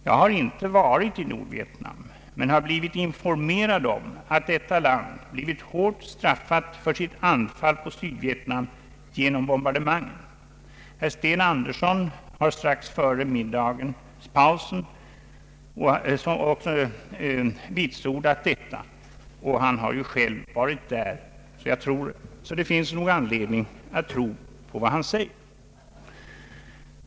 Jag har inte varit i Nordvietnam men har blivit informerad om att detta land blivit hårt straffat för sitt anfall på Sydvietnam genom bombardemangen. Herr Sten Andersson vitsordade också strax före middagspausen detta. Han har ju själv varit där, och det finns därför anledning att tro på vad han säger.